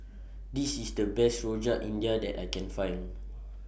This IS The Best Rojak India that I Can Find